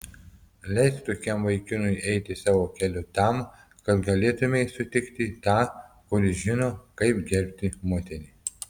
leisk tokiam vaikinui eiti savo keliu tam kad galėtumei sutikti tą kuris žino kaip gerbti moterį